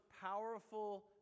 powerful